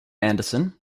anderson